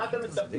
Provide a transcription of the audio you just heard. למה אתם מצפים?